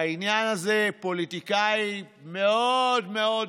בעניין הזה, פוליטיקאי מאוד מאוד משופשף,